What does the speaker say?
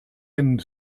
end